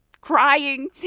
crying